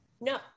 no